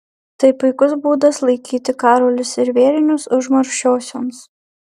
tai puikus būdas laikyti karolius ir vėrinius užmaršiosioms